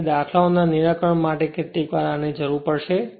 તેથી દાખલાઓ ના નિરાકરણ માટે કેટલીકવાર આની જરૂર પડશે